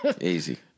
Easy